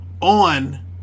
On